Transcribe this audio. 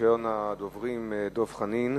ראשון הדוברים, חבר הכנסת דב חנין,